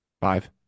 five